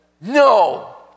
no